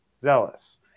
Zealous